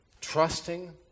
trusting